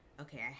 okay